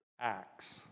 acts